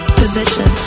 position